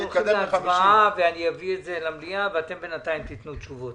אנחנו הולכים להצבעה ואני אביא את זה למליאה ואתם בינתיים תיתנו תשובות.